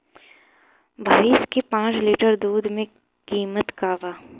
भईस के पांच लीटर दुध के कीमत का बा?